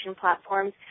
platforms